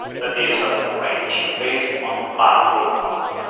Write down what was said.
that is, ah ranking based on multiple columns.